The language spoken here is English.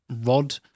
Rod